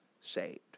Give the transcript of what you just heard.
saved